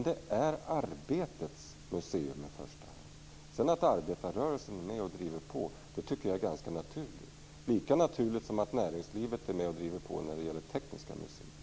Sedan är det naturligt att arbetarrörelsen är med och driver på, lika naturligt som att näringslivet driver på i fråga om tekniska museer.